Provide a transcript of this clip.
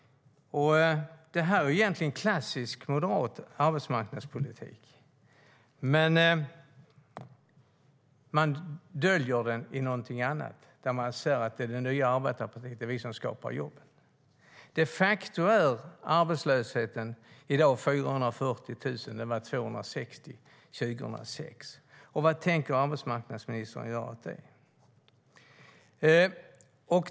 Det är egentligen klassisk moderat arbetsmarknadspolitik, men man döljer den i någonting annat - man säger att det är den nya arbetarpolitiken och att man skapar jobb. I dag är de facto 440 000 människor arbetslösa, och det var 260 000 år 2006. Vad tänker arbetsmarknadsministern göra åt det?